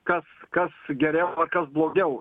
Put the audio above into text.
kas kas geriau ar kas blogiau